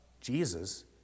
Jesus